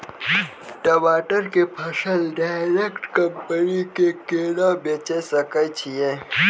टमाटर के फसल डायरेक्ट कंपनी के केना बेचे सकय छियै?